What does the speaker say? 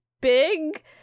big